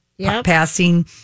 passing